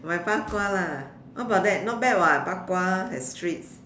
my bak-kwa lah what about that not bad [what] bak-kwa as treats